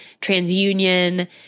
TransUnion